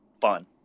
fun